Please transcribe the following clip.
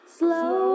slow